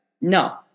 No